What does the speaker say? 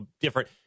different